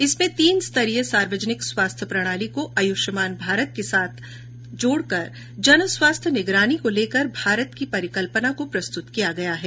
इसमें तीन स्तरीय सार्वजनिक स्वास्थ्य प्रणाली को आयुष्मान भारत के साथ जोड़ कर जन स्वास्थ्य निगरानी को लेकर भारत की परिकल्पना को प्रस्तुत किया गया है